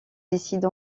décide